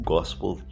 Gospel